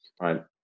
right